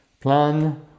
plan